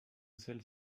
celle